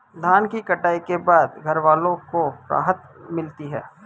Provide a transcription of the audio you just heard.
धान की कटाई के बाद घरवालों को राहत मिलती है